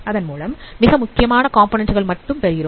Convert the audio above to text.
அதன்மூலம் மிக முக்கியமான காம்போநன்ண்ட் கள் மட்டும் பெறுகிறோம்